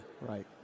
Right